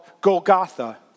Golgotha